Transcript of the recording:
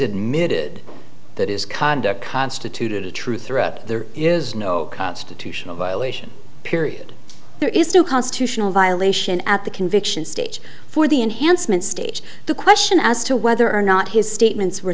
admitted that his conduct constituted a true threat there is no constitutional violation period there is no constitutional violation at the conviction stage for the enhancement stage the question as to whether or not his statements were